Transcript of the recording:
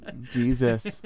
Jesus